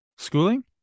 schooling